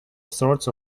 sorts